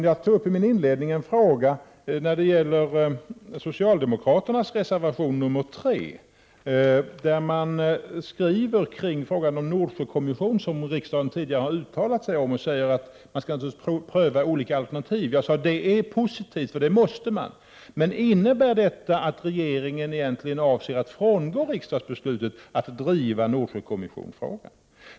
Jag tog i min inledning upp socialdemokraternas reservation 3, där de i fråga om en Nordsjökommission, som riksdagen tidigare uttalat sig om, säger att regeringen naturligtvis skall pröva olika alternativ. Det är positivt, eftersom regeringen måste göra det. Men innebär detta egentligen att regeringen avser att frångå riksdagsbeslutet att driva Nordsjökommissionsfrågan?